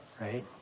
Right